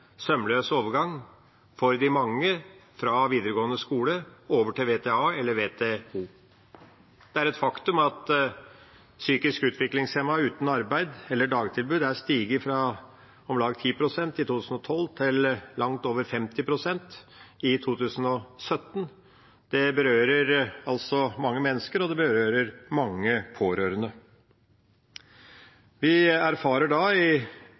sømløs overgang for de mange, fra videregående skole og over til VTA eller VTO. Det er et faktum at andelen psykisk utviklingshemmede uten arbeid eller dagtilbud har steget fra om lag 10 pst. i 2012 til langt over 50 pst. i 2017. Det berører mange mennesker, og det berører mange pårørende. Vi erfarer i